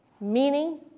Meaning